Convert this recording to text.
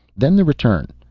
then the return.